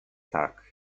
tak